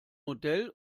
modell